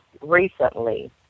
recently